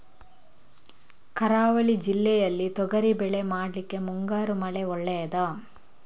ಕರಾವಳಿ ಜಿಲ್ಲೆಯಲ್ಲಿ ತೊಗರಿಬೇಳೆ ಮಾಡ್ಲಿಕ್ಕೆ ಮುಂಗಾರು ಮಳೆ ಒಳ್ಳೆಯದ?